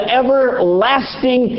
everlasting